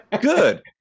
Good